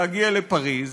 להגיע לפריז